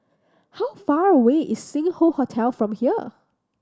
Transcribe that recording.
how far away is Sing Hoe Hotel from here